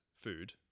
food